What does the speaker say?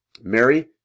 Mary